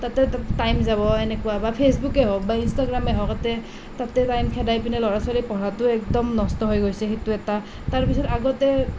তো টাইম যাব এনেকুৱা বা ফেচবুকেই হওক ইনষ্টাগ্ৰামেই হওক তাতে তাতেই টাইম খেদাইকেনে ল'ৰা ছোৱালীৰ পঢ়াটো একদম নষ্ট হৈ গৈছে সেইটো এটা তাৰ পিছত আগতে